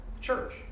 church